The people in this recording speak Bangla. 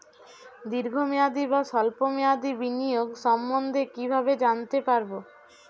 দীর্ঘ মেয়াদি বা স্বল্প মেয়াদি বিনিয়োগ সম্বন্ধে কীভাবে জানতে পারবো?